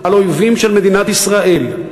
על אויבים של מדינת ישראל,